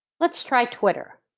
let's try twitter.